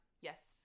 Yes